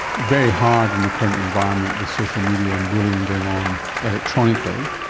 very hard in the current environment with social media and bullying going on electronically.